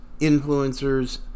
influencers